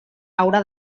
haurà